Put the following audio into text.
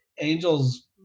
angels